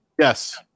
Yes